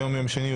היום יום שני,